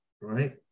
right